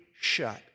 shut